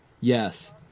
Yes